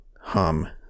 hum